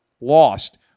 lost